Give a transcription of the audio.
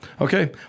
Okay